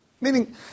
Meaning